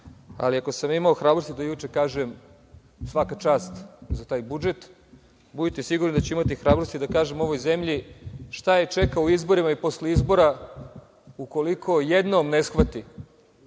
ali ako sam imao hrabrosti da juče kažem – svaka čast za taj budžet, budite sigurni da ću imati hrabrosti da kažem ovoj zemlji šta je čeka u izborima i posle izbora ukoliko jednom ne shvati